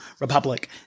republic